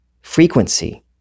frequency